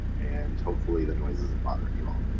and hopefully the noise isn't bothering you all.